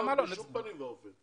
נציגי המשפחות לא, בשום פנים ואופן.